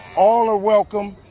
all are welcome.